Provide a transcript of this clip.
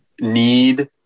need